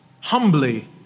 humbly